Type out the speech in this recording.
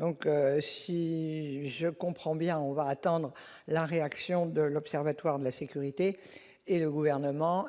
donc si je comprends bien, on va attendre la réaction de l'Observatoire de la sécurité et le gouvernement,